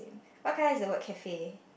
what colour is the word cafe